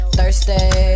Thursday